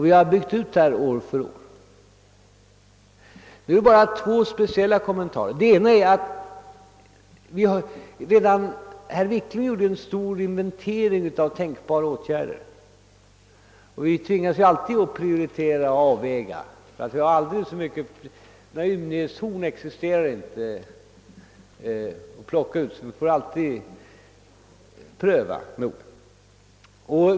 Vi har byggt ut detta stöd år för år. Herr Wiklund i Stockholm gjorde en stor inventering av vilka åtgärder som var tänkbara. Vi tvingas ju alltid att prioritera — vi har inget ymnighetshorn att ösa ur.